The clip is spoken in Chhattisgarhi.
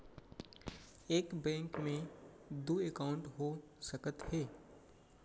एक बैंक में दू एकाउंट हो सकत हे?